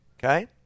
Okay